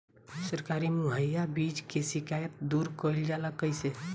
सरकारी मुहैया बीज के शिकायत दूर कईल जाला कईसे?